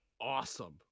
awesome